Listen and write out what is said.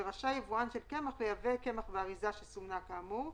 ורשאי יבואן של קמח לייבא קמח באריזה שסומנה כאמור,